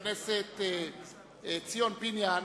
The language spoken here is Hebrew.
42 בעד, אין מתנגדים,